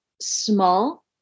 small